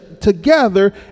together